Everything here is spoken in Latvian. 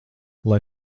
lai